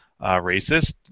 racist